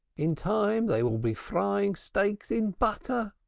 in time they will be frying steaks in butter,